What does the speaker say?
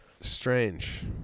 strange